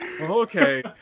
Okay